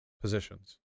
Positions